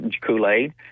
Kool-Aid